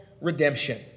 redemption